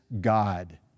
God